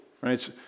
right